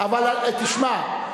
אבל תשמע,